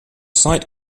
site